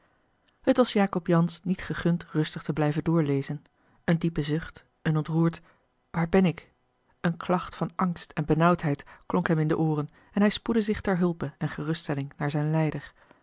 het was jacob jansz niet gegund rustig te blijven doorleven een diepe zucht een ontroerd waar ben ik eene klacht van angst en benauwdheid klonk hem in de ooren en hij spoedde zich ter hulpe en geruststelling naar zijn lijder